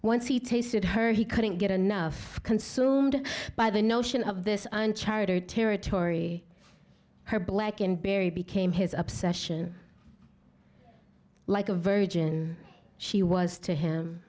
once he tasted her he couldn't get enough consumed by the notion of this unchartered territory her black and berry became his obsession like a virgin she was to him